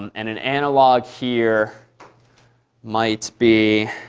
and an analog here might be